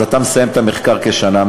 אז אתה מסיים את המחקר בתוך שנה,